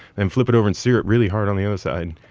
and flip it over and sear it really hard on the other side,